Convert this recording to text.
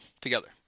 together